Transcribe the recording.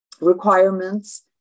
requirements